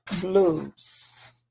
blues